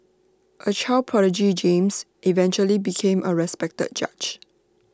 A child prodigy James eventually became A respected judge